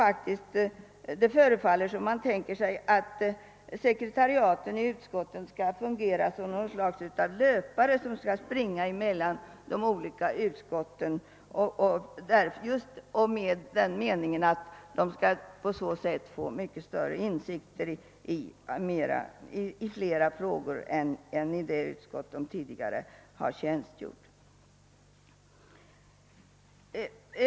Det förefaller faktiskt som om kommittén tänker sig att sekreterarna i utskotten skall fungera som löpare och springa mellan de olika utskotten för att på så sätt få insikt i flera frågor än sådana som behandlas i de utskott där de tidigare har tjänstgjort.